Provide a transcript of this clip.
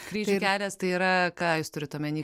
kryžių kelias tai yra ką jūs turit omeny